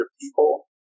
people